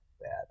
bad